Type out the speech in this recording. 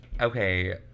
Okay